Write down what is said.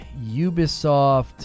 Ubisoft